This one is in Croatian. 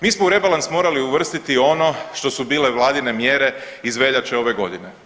Mi smo u rebalans morali uvrstiti ono što su bile vladine mjere iz veljače ove godine.